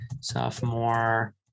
Sophomore